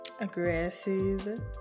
Aggressive